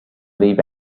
leave